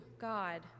God